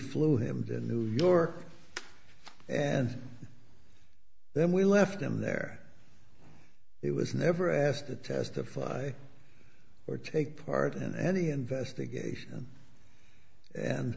to new york and then we left him there it was never asked to testify or take part in any investigation and